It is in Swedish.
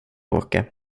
åka